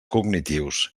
cognitius